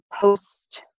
post